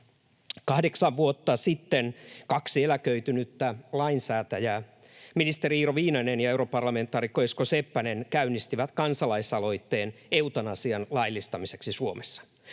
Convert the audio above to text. Kahdeksan vuotta sitten kaksi eläköitynyttä lainsäätäjää, ministeri Iiro Viinanen ja europarlamentaarikko Esko Seppänen, käynnistivät kansalaisaloitteen eutanasian laillistamiseksi Suomessa.